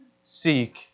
Seek